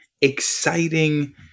exciting